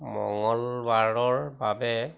মঙলবাৰৰ বাবে